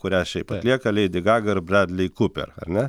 kurią šiaip atlieka leidi gaga ir bredli kuper ar ne